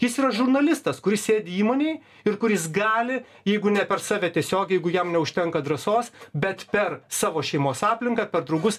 jis yra žurnalistas kuris sėdi įmonėj ir kuris gali jeigu ne per save tiesiogiai jeigu jam neužtenka drąsos bet per savo šeimos aplinką per draugus